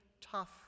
tough